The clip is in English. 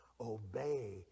Obey